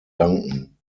danken